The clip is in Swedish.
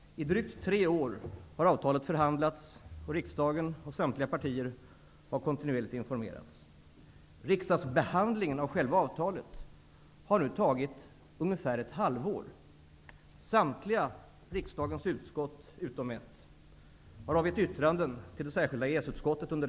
I drygt tre år har avtalet förhandlats, och riksdagen och samtliga partier har kontinuerligt informerats. Riksdagsbehandlingen av själva avtalet har nu tagit ungefär ett halvår. Samtliga riksdagens utskott -- utom ett -- har under den tiden avgett yttranden till det särskilda EES-utskottet.